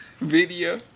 video